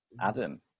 Adam